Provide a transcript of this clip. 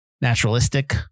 naturalistic